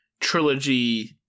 trilogy